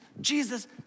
Jesus